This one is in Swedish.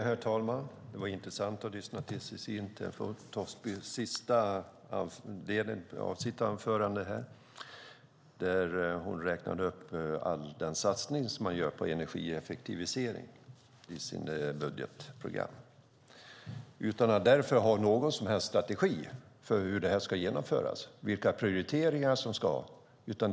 Herr talman! Det var intressant att lyssna till sista delen av Cecilie Tenfjord-Toftbys replik där hon räknade upp all den satsning man gör på energieffektivisering i sitt budgetprogram utan att därför ha någon som helst strategi för hur det ska genomföras och vilka prioriteringar som ska göras.